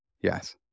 Yes